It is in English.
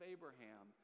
Abraham